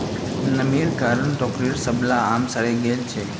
नमीर कारण टोकरीर सबला आम सड़े गेल छेक